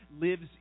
lives